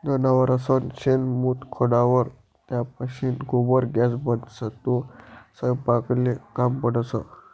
जनावरसनं शेण, मूत सडावर त्यापाशीन गोबर गॅस बनस, तो सयपाकले काम पडस